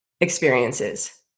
experiences